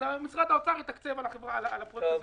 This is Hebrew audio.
אז משרד האוצר יתקצב את הפרויקט הזה.